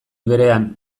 berean